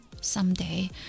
someday